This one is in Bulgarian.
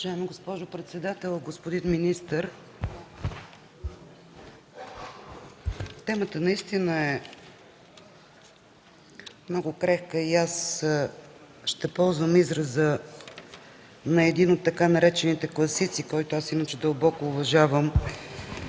Уважаема госпожо председател, господин министър! Темата наистина е много крехка и аз ще ползвам израза на един от така наречените класици, който аз иначе дълбоко уважавам,